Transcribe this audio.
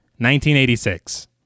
1986